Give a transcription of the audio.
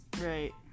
right